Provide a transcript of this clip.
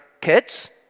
kids